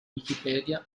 wikipedia